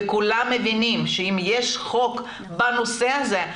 וכולם מבינים שאם יש חוק בנושא הזה,